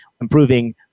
improving